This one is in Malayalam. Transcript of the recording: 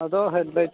അതോ ഹെഡ്ലൈറ്റ്